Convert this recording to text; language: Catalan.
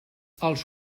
els